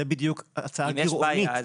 זה בדיוק הצעה גרעונית.